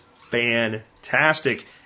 fantastic